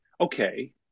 okay